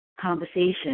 conversation